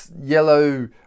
Yellow